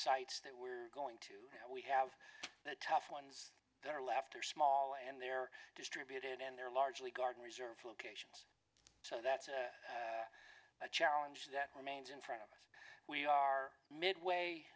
sites that we're going to we have the tough ones that are left are small and they're distributed and they're largely garden reserve locations so that's a challenge that remains in front of us we are midway